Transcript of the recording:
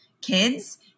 kids